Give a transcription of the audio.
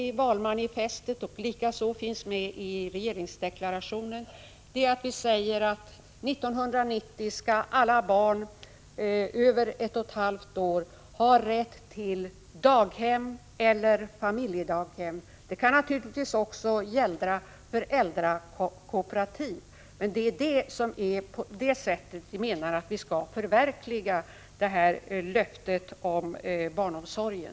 I valmanifestet står det — och det finns likaså med i regeringsdeklarationen — att alla barn över ett och ett halvt år 1990 skall ha rätt till daghem eller familjedaghem — det kan naturligtvis också gälla föräldrakooperativ. Det är på det sättet som vi menar att vi skall förverkliga detta löfte om barnomsorgen.